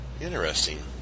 Interesting